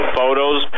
photos